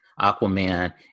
Aquaman